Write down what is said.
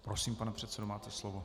Prosím, pane předsedo, máte slovo.